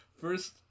first